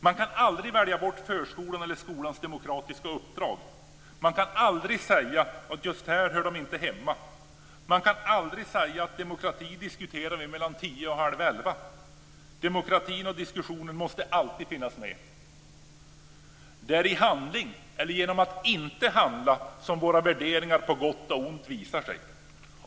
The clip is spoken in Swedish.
Man kan aldrig välja bort förskolans eller skolans demokratiska uppdrag. Man kan aldrig säga att det just här inte hör hemma. Man kan aldrig säga att vi diskuterar demokrati mellan kl. 10 och halv 11. Demokratin och diskussionen måste alltid finnas med. Det är i handling eller genom att vi inte handlar som våra värderingar på gott och ont visar sig.